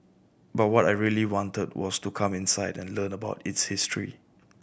but what I really wanted was to come inside and learn about its history